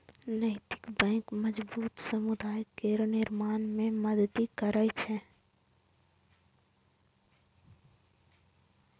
नैतिक बैंक मजबूत समुदाय केर निर्माण मे मदति करै छै